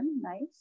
Nice